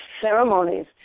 ceremonies